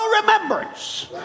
remembrance